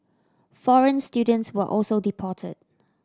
foreign students were also deported